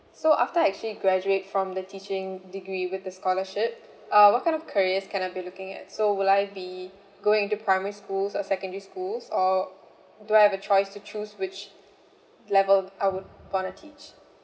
so after I actually graduate from the teaching degree with the scholarship uh what kind of careers can I be looking at so will I be going into primary schools or secondary schools or do I have a choice to choose which level I would want to teach